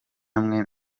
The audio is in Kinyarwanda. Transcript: amwe